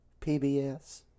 PBS